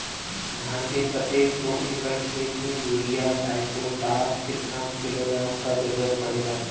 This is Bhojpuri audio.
धान के प्रत्येक दो एकड़ खेत मे यूरिया डाईपोटाष कितना किलोग्राम क जरूरत पड़ेला?